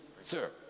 sir